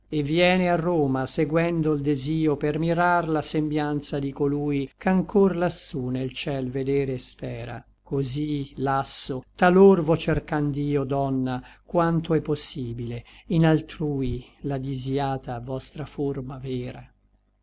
et viene a roma seguendo l desio per mirar la sembianza di colui ch'ancor lassú nel ciel vedere spera cosí lasso talor vo cerchand'io donna quanto è possibile in altrui la disïata vostra forma vera